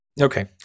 Okay